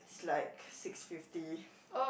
like six fifty